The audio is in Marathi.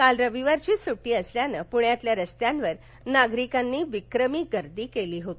काल रविवारची सुट्टी असल्यानं पुण्यातील रस्त्यांवर नागरिकांनी विक्रमी गर्दी केली होती